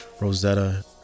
Rosetta